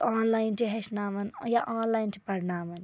آن line چھِ ہٮ۪چھناوان یا آنلاین چھِ پرناوان